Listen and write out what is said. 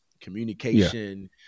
communication